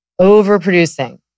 overproducing